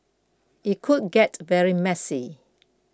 it could get very messy